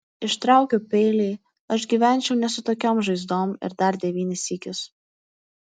ištraukiau peilį aš gyvenčiau ne su tokiom žaizdom ir dar devynis sykius